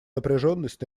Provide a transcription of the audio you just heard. напряженность